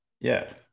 Yes